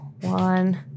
One